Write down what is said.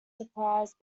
surprised